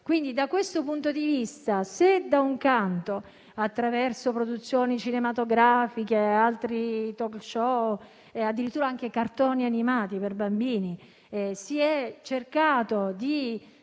Quindi, da questo punto di vista, se da un lato, attraverso produzioni cinematografiche, *talk-show* e addirittura cartoni animati per bambini, si è cercato di